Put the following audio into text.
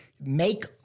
make